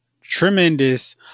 tremendous